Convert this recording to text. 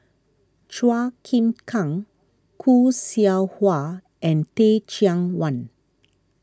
Chua Chim Kang Khoo Seow Hwa and Teh Cheang Wan